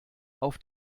auf